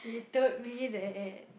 he told me that